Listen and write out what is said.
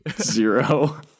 zero